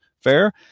Fair